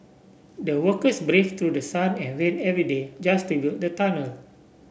the workers brave through the sun and rain every day just to build the tunnel